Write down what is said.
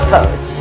Foes